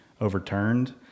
overturned